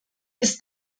ist